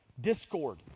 discord